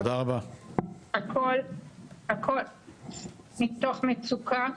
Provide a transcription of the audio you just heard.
הכל מתוך מצוקה,